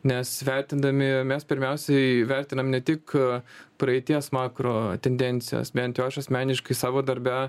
nes vertindami mes pirmiausiai vertinam ne tik praeities makro tendencijas bent jau aš asmeniškai savo darbe